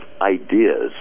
ideas